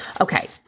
Okay